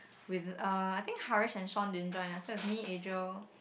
with uh I think Haresh and Sean didn't join us so it's me Adriel